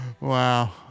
Wow